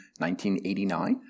1989